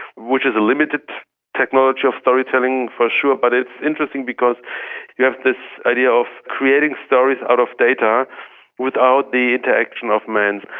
which is a limited technology of storytelling, for sure, but it's interesting because you have this idea of creating stories out of data without the interaction of man.